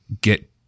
get